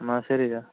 എന്നാല് ശരി